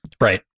right